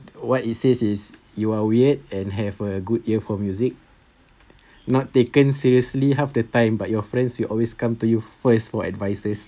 what it says is you are weird and have a good ear for music not taken seriously half the time but your friends will always come to you first for for advices